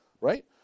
right